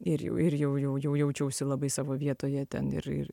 ir ir jau jau jau jaučiausi labai savo vietoje ten ir ir